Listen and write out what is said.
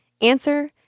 Answer